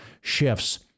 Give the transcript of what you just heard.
shifts